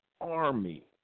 army